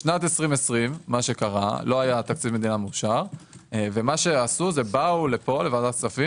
בשנת 2020 לא היה תקציב מדינה מאושר ובאו לוועדת כספים